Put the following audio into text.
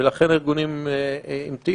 ולכן הארגונים המתינו.